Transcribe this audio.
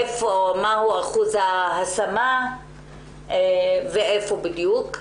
מה שיעור ההשמה ואיפה בדיוק.